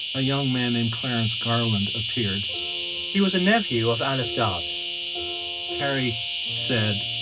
a young man named clarence garland appeared he was a nephew of alice dobbs carrie said,